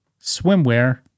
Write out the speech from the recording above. swimwear